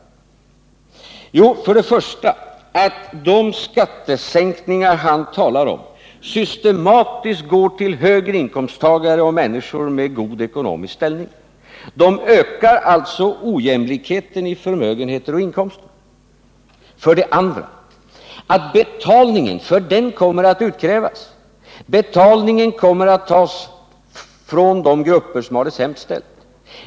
Jo, för det första går de skattesänkningar han talar om systematiskt till högre inkomsttagare och till människor med god ekonomisk ställning. De ökar alltså ojämlikheten i förmögenheter och i inkomster. För det andra kommer betalningen — för den kommer att utkrävas! — att tas från de grupper som har det sämst ställt.